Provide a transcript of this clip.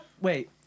Wait